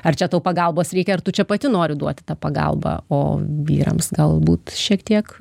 ar čia tau pagalbos reikia ar tu čia pati nori duoti tą pagalbą o vyrams galbūt šiek tiek